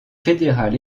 fédéral